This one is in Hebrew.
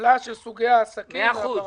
הטבלה של סוגי העסקים והפרמטרים.